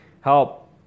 Help